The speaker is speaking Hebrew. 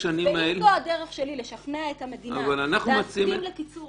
הדרך שלי לשכנע את המדינה להסכים לקיצור